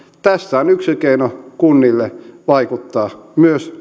tässä on yksi keino kunnille vaikuttaa myös